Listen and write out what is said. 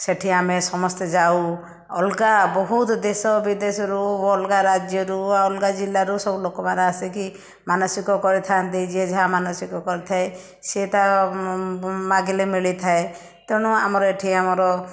ସେଠି ଆମେ ସମସ୍ତେ ଯାଉ ଅଲଗା ବହୁତ ଦେଶ ବିଦେଶରୁ ଅଲଗା ରାଜ୍ୟରୁ ଅଲଗା ଜିଲ୍ଲାରୁ ସବୁ ଲୋକମାନେ ଆସିକି ମାନସିକ କରିଥାନ୍ତି ଯିଏ ଯାହା ମାନସିକ କରିଥାଏ ସେ ତା ମାଗିଲେ ମିଳିଥାଏ ତେଣୁ ଆମର ଏଠି ଆମର